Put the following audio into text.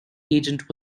agent